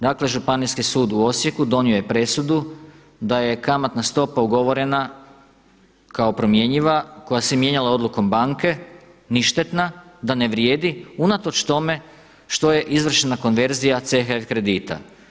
Dakle Županijski sud u Osijeku donio je presudu da je kamatna stopa ugovorena kao promjenjiva koja se mijenjala odlukom banke ništetna, da ne vrijedi unatoč tome što je izvršena konverzija CHF kredita.